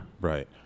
Right